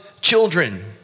children